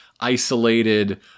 isolated